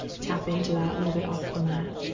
tap into that a little bit off the mat